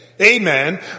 Amen